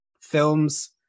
films